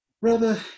brother